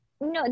No